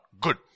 Good